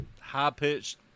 high-pitched